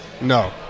No